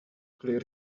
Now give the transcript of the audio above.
clear